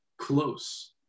close